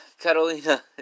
Carolina